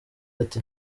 ati